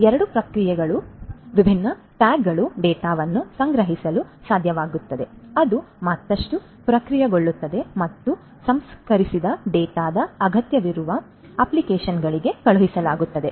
ಆದ್ದರಿಂದ ಎರಡು ಪ್ರಕಾರಗಳಿವೆ ಮತ್ತು ಈ ವಿಭಿನ್ನ ಟ್ಯಾಗ್ಗಳು ಡೇಟಾವನ್ನು ಸಂಗ್ರಹಿಸಲು ಸಾಧ್ಯವಾಗುತ್ತದೆ ಅದು ಮತ್ತಷ್ಟು ಪ್ರಕ್ರಿಯೆಗೊಳ್ಳುತ್ತದೆ ಮತ್ತು ಸಂಸ್ಕರಿಸಿದ ಡೇಟಾದ ಅಗತ್ಯವಿರುವ ಅಪ್ಲಿಕೇಶನ್ಗಳಿಗೆ ಕಳುಹಿಸಲಾಗುತ್ತದೆ